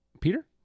Peter